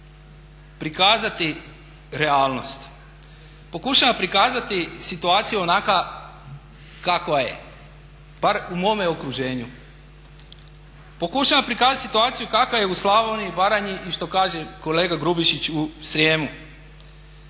prikazati realnost, pokušavam prikazati situaciju onaka kakva je bar u mome okruženju. Pokušavam prikazati situaciju kakva je u Slavoniji, Baranji i što kaže kolega Grubišić u Srijemu.